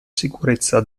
sicurezza